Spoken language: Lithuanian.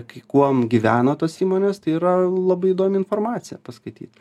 kai kuom gyvena tos įmonės tai yra labai įdomi informacija paskaityt